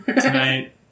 tonight